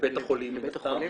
לבית החולים מן הסתם.